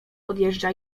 odjeżdża